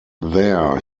there